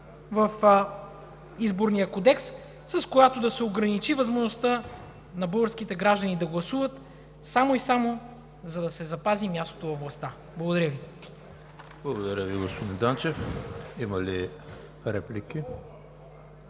в Изборния кодекс, с която да се ограничи възможността на българските граждани да гласуват, само и само, за да си запази мястото във властта. Благодаря Ви. ПРЕДСЕДАТЕЛ ЕМИЛ ХРИСТОВ: Благодаря Ви, господин Данчев. Има ли реплики?